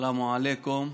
סלאם עליכום.